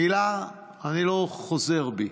מילה, אני לא חוזר בי.